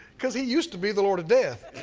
because he used to be the lord of death.